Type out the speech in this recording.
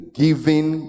giving